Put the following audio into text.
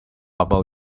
about